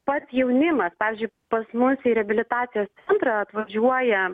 pats jaunimas pavyzdžiui pas mus į reabilitacijos centrą atvažiuoja